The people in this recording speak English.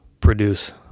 produce